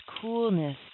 coolness